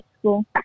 school